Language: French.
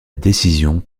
décision